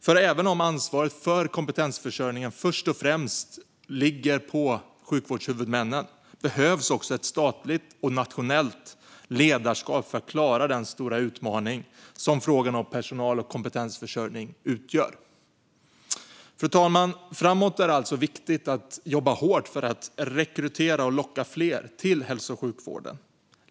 För även om ansvaret för kompetensförsörjningen först och främst ligger på sjukvårdshuvudmännen behövs också ett statligt och nationellt ledarskap för att klara den stora utmaning som frågan om personal och kompetensförsörjning utgör. Fru talman! Framåt är det alltså viktigt att jobba hårt för att locka och rekrytera fler till hälso och sjukvården.